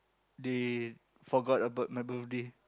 they forgot about my birthday